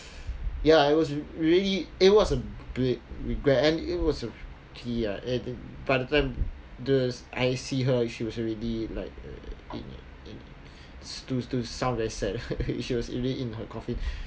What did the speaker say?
ya it was really it was a big regret and it was a ya by the time the s~ I see her she was already like to to sound very sad she was already in her coffin